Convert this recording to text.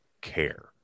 care